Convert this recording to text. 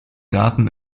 daten